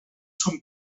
son